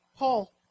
Paul